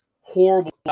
horrible